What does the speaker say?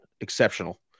Exceptional